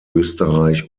österreich